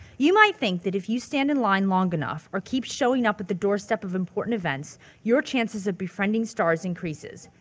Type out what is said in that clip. you might think that if you stand in line long enough or keep showing up at the doorstep of important events your chances of befriending stars increases,